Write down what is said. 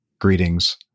Greetings